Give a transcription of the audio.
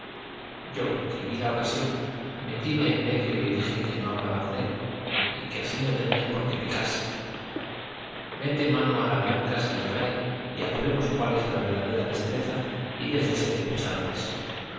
yo que vi la ocasión metíme en medio y dije que no hablaba con él y que así no tenía por qué picarse meta mano a la blanca si la trae y apuremos cuál es verdadera destreza y déjese de cucharones